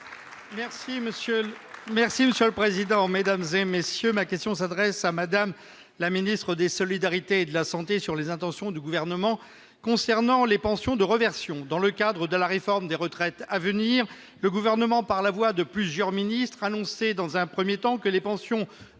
Joly, pour le groupe socialiste et républicain. Ma question s'adresse à Mme la ministre des solidarités et de la santé et porte sur les intentions du Gouvernement concernant les pensions de réversion. Dans le cadre de la réforme des retraites à venir, le Gouvernement, par la voix de plusieurs ministres, a annoncé dans un premier temps que les pensions de réversion